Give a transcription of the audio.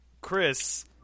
Chris